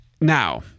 now